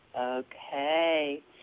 Okay